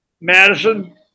Madison